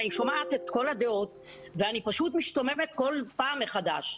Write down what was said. אני שומעת את כל הדעות ואני פשוט משתוממת כל פעם מחדש.